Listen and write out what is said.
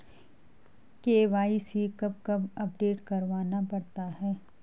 KYC कब कब update करवाना पड़ता है?